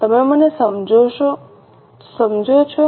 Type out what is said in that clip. તમે મને સમજો છો